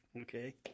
okay